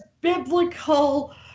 biblical